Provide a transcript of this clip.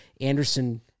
Anderson